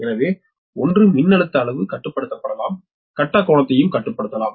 எனவே ஒன்று மின்னழுத்த அளவு கட்டுப்படுத்தப்படலாம் கட்ட கோணத்தையும் கட்டுப்படுத்தலாம்